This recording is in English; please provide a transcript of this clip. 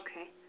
Okay